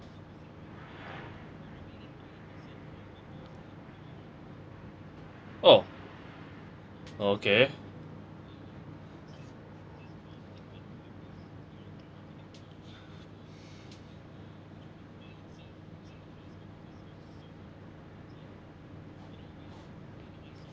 oh okay